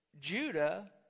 Judah